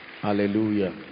Hallelujah